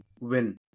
win